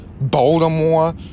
Baltimore